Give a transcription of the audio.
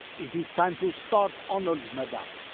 it is time to start, honoured madam,